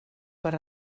per